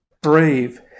brave